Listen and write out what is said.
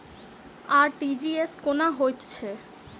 RTGS कोना होइत छै?